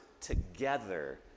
together